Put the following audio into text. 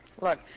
Look